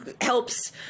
helps